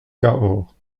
cahors